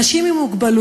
אנשים עם מוגבלויות,